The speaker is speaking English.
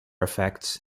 effects